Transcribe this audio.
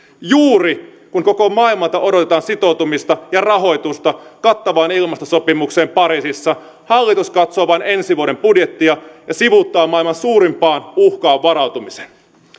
juuri kun koko maailmalta odotetaan sitoutumista ja rahoitusta kattavaan ilmastosopimukseen pariisissa hallitus katsoo vain ensi vuoden budjettia ja sivuuttaa maailman suurimpaan uhkaan varautumisen